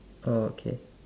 okay